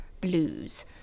blues